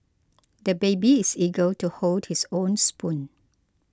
the baby is eager to hold his own spoon